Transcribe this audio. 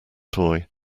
toy